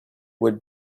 would